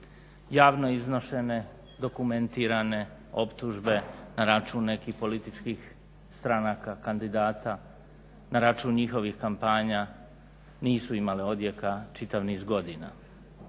Javno iznošene, dokumentirane optužbe na račun nekih političkih stranaka, kandidata, na račun njihovih kampanja nisu imale odjeka čitav niz godina.